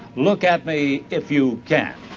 look at me if you can'.